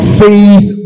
faith